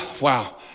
wow